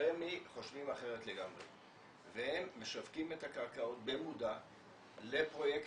שרמ"י חושבים אחרת לגמרי והם משווקים את הקרקעות במודע לפרויקטים